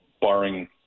barring